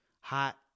hot